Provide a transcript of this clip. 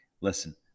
Listen